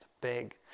big